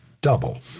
double